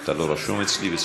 אתה לא רשום אצלי.